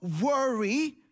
worry